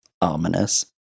Ominous